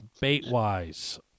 Bait-wise